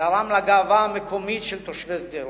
תרם לגאווה המקומית של תושבי שדרות.